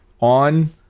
On